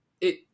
it-